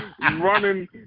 running